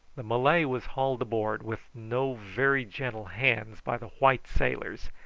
the malay was hauled aboard with no very gentle hands by the white sailors,